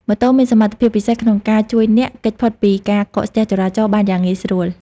ម៉ូតូមានសមត្ថភាពពិសេសក្នុងការជួយអ្នក គេចផុតពីការកកស្ទះចរាចរណ៍ បានយ៉ាងងាយស្រួល។